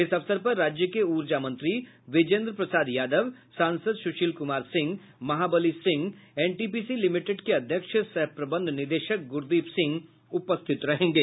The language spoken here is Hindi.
इस अवसर पर राज्य के ऊर्जा मेंत्री बीजेन्द्र प्रसाद यादव सांसद सुशील कुमार सिंह महाबली सिंह एनटीपीसी लिमिटेड के अध्यक्ष सह प्रबंध निदेशक गुरदीप सिंह उपस्थित रहेंगे